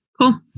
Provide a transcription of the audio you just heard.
Cool